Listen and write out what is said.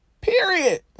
Period